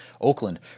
Oakland